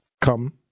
come